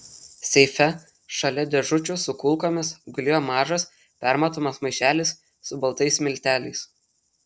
seife šalia dėžučių su kulkomis gulėjo mažas permatomas maišelis su baltais milteliais